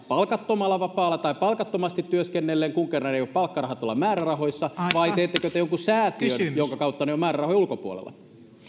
palkattomalla vapaalla tai palkattomasti työskennellen kun kerran palkkarahat eivät ole määrärahoissa vai teettekö te jonkun säätiön jonka kautta ne ovat määrärahojen ulkopuolella